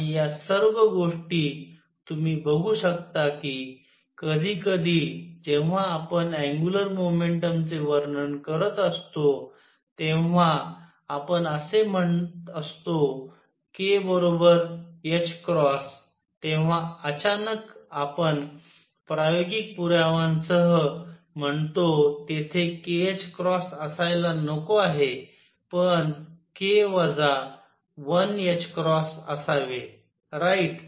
आणि या सर्व गोष्टी तुम्ही बघू शकता की कधीकधी जेव्हा आपण अँग्युलर मोमेंटम चे वर्णन करत असतो तेव्हा आपण असे म्हणत असतो k तेव्हा अचानक आपण प्रायोगिक पुराव्यांसह म्हणतो तेथे k असायला नको आहे पण k वजा 1 असावे राईट